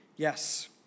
Yes